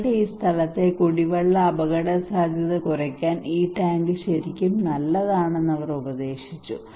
നിങ്ങളുടെ സ്ഥലത്തെ കുടിവെള്ള അപകടസാധ്യത കുറയ്ക്കാൻ ഈ ടാങ്ക് ശരിക്കും നല്ലതാണെന്ന് അവർ ഉപദേശിച്ചു